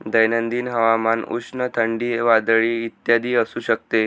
दैनंदिन हवामान उष्ण, थंडी, वादळी इत्यादी असू शकते